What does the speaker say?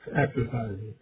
exercises